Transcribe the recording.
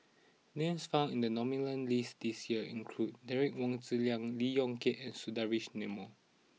names found in the nominees' list this year include Derek Wong Zi Liang Lee Yong Kiat and Sundaresh Menon